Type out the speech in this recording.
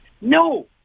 No